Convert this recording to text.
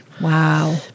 wow